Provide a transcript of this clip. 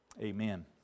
amen